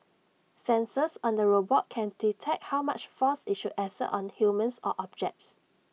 sensors on the robot can detect how much force IT should exert on humans or objects